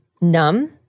numb